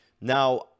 Now